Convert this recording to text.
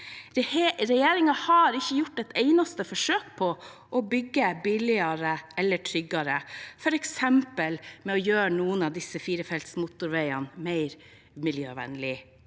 Regjeringen har ikke gjort et eneste forsøk på å bygge billigere eller tryggere, f.eks. ved å gjøre noen av disse firefelts motorveiene mer miljøvennlige.